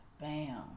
bam